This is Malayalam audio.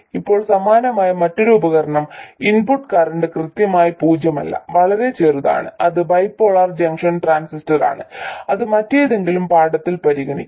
ഇപ്പോൾ സമാനമായ മറ്റൊരു ഉപകരണം ഇൻപുട്ട് കറന്റ് കൃത്യമായി പൂജ്യമല്ല വളരെ ചെറുതാണ് അത് ബൈപോളാർ ജംഗ്ഷൻ ട്രാൻസിസ്റ്റർ ആണ് അത് മറ്റേതെങ്കിലും പാഠത്തിൽ പരിഗണിക്കും